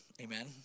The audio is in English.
Amen